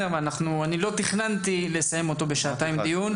אני לא תכננתי לסיים אותו בשעתיים דיון.